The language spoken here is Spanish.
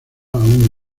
aún